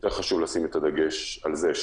יותר חשוב לשים את הדגש על זה.